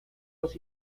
los